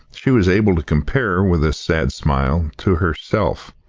she was able to compare, with a sad smile, to herself.